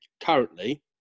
currently